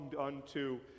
unto